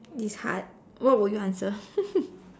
this is hard what will you answer